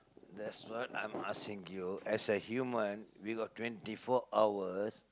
that's what I'm asking you as a human we got twenty four hours